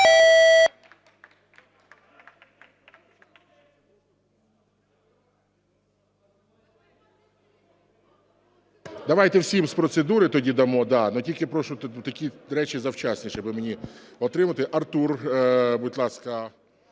Давайте всім з процедури тоді дамо, тільки прошу такі речі завчасніше аби мені отримати. Артур, будь ласка.